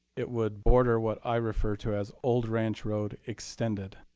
it would order what i refer to as old ranch road extended,